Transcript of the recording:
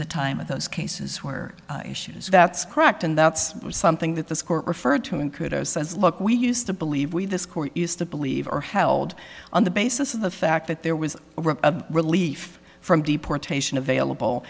the time of those cases where issues that's correct and that's something that this court referred to and kudos says look we used to believe we this court used to believe or held on the basis of the fact that there was relief from deportation available